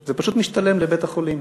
זה פשוט משתלם לבית-החולים.